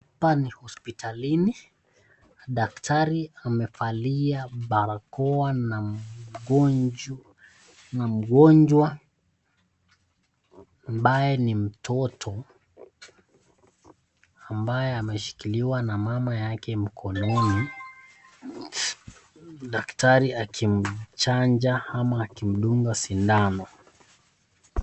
Hapa ni hospitalini daktari amevalia barakoa na mgonjwa ambaye ni mtoto, ambaye ameshikiliwa na mama yake mkononi daktari akimchanja ama akimdunga sindano.